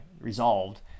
resolved